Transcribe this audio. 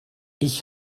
ich